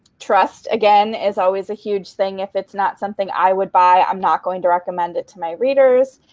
trust, again, is always a huge thing. if it's not something i would buy, i'm not going to recommend it to my readers.